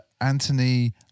Anthony